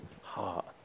heart